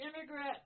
immigrant